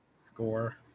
score